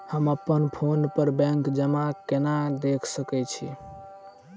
हम अप्पन फोन पर बैंक जमा केना देख सकै छी?